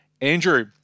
Andrew